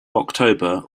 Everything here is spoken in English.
october